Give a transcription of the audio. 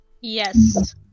Yes